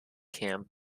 camp